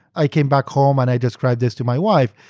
i came back home and i just cried this to my wife.